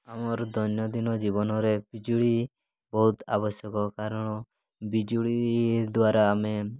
ଆମର ଦୈନନ୍ଦିନ ଜୀବନରେ ବିଜୁଳି ବହୁତ ଆବଶ୍ୟକ କାରଣ ବିଜୁଳି ଦ୍ୱାରା ଆମେ